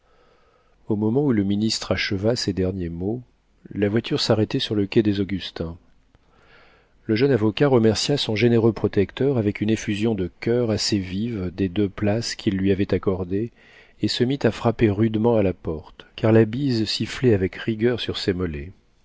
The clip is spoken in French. au moment où le ministre acheva ces derniers mots la voiture s'arrêtait sur le quai des augustins le jeune avocat remercia son généreux protecteur avec une effusion de coeur assez vive des deux places qu'il lui avait accordées et se mit à frapper rudement à la porte car la bise sifflait avec rigueur sur ses mollets